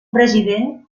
president